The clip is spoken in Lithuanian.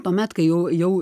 tuomet kai jau jau